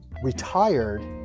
retired